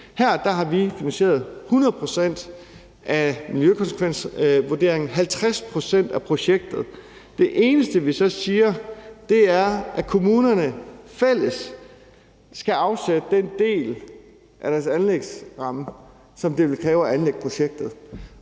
Her har vi finansieret 100 pct. af miljøkonsekvensvurderingen og 50 pct. af projektet. Det eneste, vi så siger, er, at kommunerne fælles skal afsætte den del af deres anlægsramme, som det ville kræve at anlægge projektet.